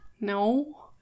No